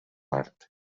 art